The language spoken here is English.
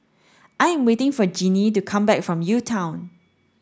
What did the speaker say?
I am waiting for Jeannie to come back from UTown